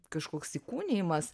kažkoks įkūnijimas